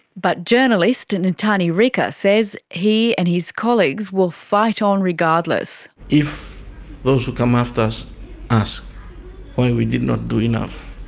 but journalist and netani rika says he and his colleagues will fight on regardless. if those who come after us ask why we did do enough,